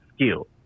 skill